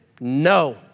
No